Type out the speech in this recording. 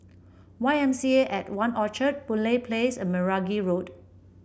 Y M C A At One Orchard Boon Lay Place and Meragi Road